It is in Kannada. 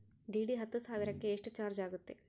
ಡಿ.ಡಿ ಹತ್ತು ಸಾವಿರಕ್ಕೆ ಎಷ್ಟು ಚಾಜ್೯ ಆಗತ್ತೆ?